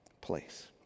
place